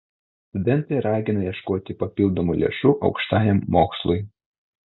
studentai ragina ieškoti papildomų lėšų aukštajam mokslui